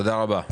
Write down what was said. תודה רבה.